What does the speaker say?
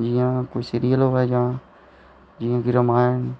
जि'यां कोई सीरियल होऐ जां जि'यां कि रामायण